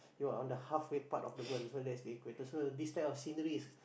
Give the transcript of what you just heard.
you're on the half way part of the world so that is the equator so this type of scenery is